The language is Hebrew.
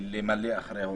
למלא אחר ההוראות.